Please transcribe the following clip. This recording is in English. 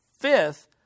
fifth